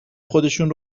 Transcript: خودشون